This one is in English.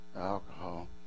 alcohol